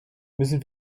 müssen